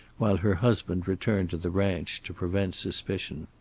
while her husband returned to the ranch, to prevent suspicion.